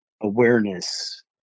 awareness